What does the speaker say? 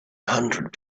hundred